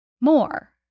More